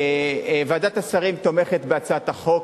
ועדת השרים תומכת בהצעת החוק.